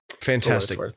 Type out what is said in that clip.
Fantastic